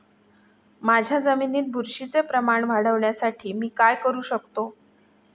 माझ्या जमिनीत बुरशीचे प्रमाण वाढवण्यासाठी मी काय करू शकतो?